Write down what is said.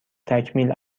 تکمیل